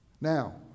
Now